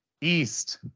east